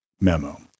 memo